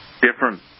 different